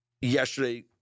yesterday